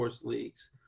leagues